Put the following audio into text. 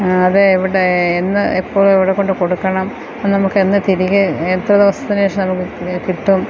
അത് എവിടെ എന്ന് എപ്പോൾ എവിടെ കൊണ്ട് കൊടുക്കണം അത് നമുക്ക് എന്ന് തിരികെ എത്ര ദിവസത്തിന് ശേഷം അത് കിട്ടും